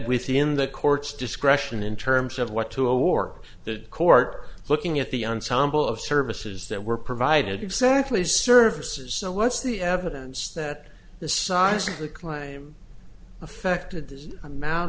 within the court's discretion in terms of what to award the court looking at the ensemble of services that were provided exactly services so what's the evidence that the size of the claim affected the amount